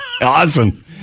Awesome